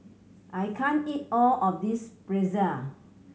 I can't eat all of this Pretzel